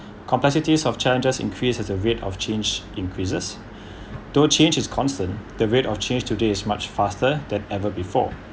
complexities of challenges increase as a rate of change increases don't though change is constant the rate of change today is much faster than ever before